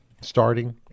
starting